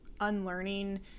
unlearning